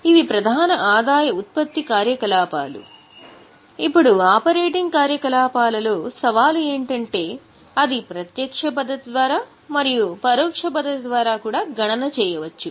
ఇవి ప్రధాన ఆదాయ ఉత్పత్తి కార్యకలాపాలు ఇప్పుడు ఆపరేటింగ్ కార్యకలాపాలలో సవాలు ఏంటంటే అది ప్రత్యక్ష పద్ధతి ద్వారా మరియు పరోక్ష పద్ధతి ద్వారా కూడా గణన చేయవచ్చు